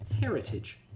heritage